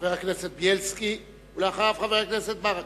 חבר הכנסת בילסקי, ואחריו, חבר הכנסת ברכה.